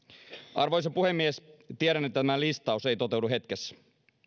arvoisa puhemies tiedän että tämä listaus ei toteudu hetkessä